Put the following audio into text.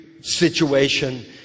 situation